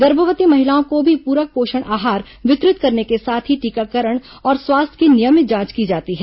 गर्भवती महिलाओं को भी पूरक पोषण आहार वितरित करने के साथ ही टीकाकरण और स्वास्थ्य की नियमित जांच की जाती है